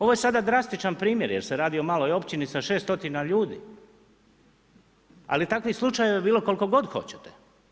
Ovo je sada drastičan primjer jer se radi o maloj općini sa 600 ljudi, ali takvih slučajeva je bilo koliko god hoćete.